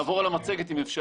(הצגת מצגת) נעבור על המצגת אם אפשר,